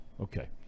Okay